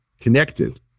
connected